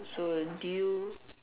so do you